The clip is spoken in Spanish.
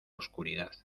oscuridad